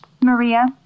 Maria